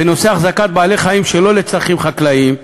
בנושא החזקת בעלי-חיים שלא לצרכים חקלאיים,